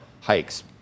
hikes